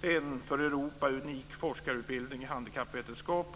Det är en för Europa unik forskarutbildning i handikappvetenskap.